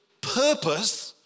purpose